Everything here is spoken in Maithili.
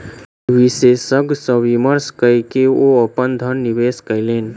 विशेषज्ञ सॅ विमर्श कय के ओ अपन धन निवेश कयलैन